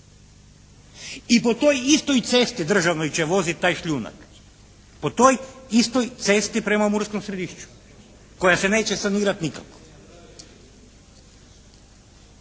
I po toj istoj cesti državnoj će voziti taj šljunak, po toj istoj cesti prema Murskom Središću koja se neće sanirati nikako.